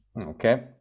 okay